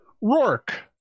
Rourke